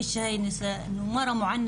והיא מפחדת לגשת למשטרה ולהגיש תלונה כי